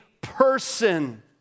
person